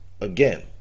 Again